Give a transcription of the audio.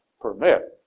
permit